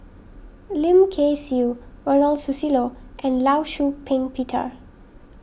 Lim Kay Siu Ronald Susilo and Law Shau Ping Peter